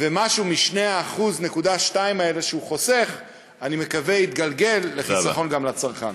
ומשהו מה-2.2% שהוא חוסך אני מקווה שיתגלגל לחיסכון גם לצרכן.